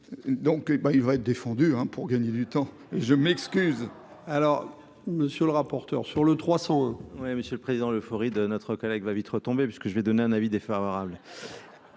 ben il va être défendu, hein, pour gagner du temps et je m'excuse. Alors, monsieur le rapporteur sur le 300 hein. Oui, monsieur le Président, l'euphorie de notre collègue va vite retomber, puisque je vais donner un avis défavorable